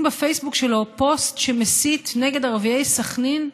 בפייסבוק שלו פוסט שמסית נגד ערביי סח'נין,